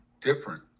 different